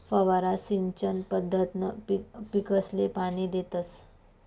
फवारा सिंचन पद्धतकंन पीकसले पाणी देतस